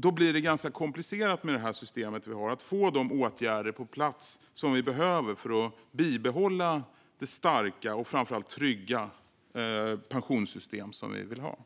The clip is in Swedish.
Då blir det med det system vi har ganska komplicerat att få de åtgärder på plats som vi behöver för att bibehålla det starka och framför allt trygga pensionssystem vi vill ha.